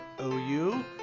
OU